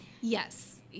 Yes